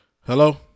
Hello